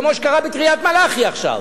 כמו שקרה בקריית-מלאכי עכשיו.